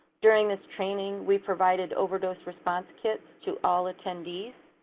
during this training, we provided overdose response kits to all attendees.